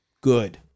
good